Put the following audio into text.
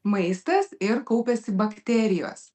maistas ir kaupiasi bakterijos